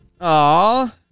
Aw